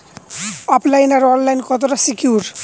ওফ line আর online কতটা secure?